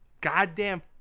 goddamn